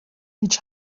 هیچ